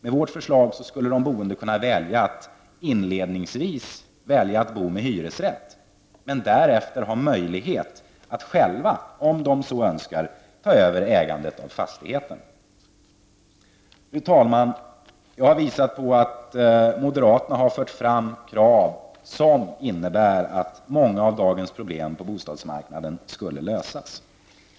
Med vårt förslag skulle de boende kunna välja att inledningsvis bo med hyresrätt men därefter ha möjlighet att själva, om de så önskar, ta över ägandet av fastigheten. Fru talman! Jag har visat på att moderaterna har fört fram krav som innebär att många av dagens problem på bostadsmarknaden skulle lösas.